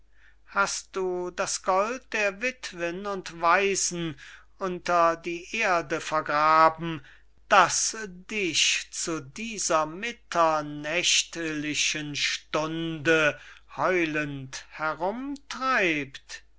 hast du das gold der wittwen und waisen unter die erde vergraben das dich zu dieser mitternächtlichen stunde heulend herumtreibt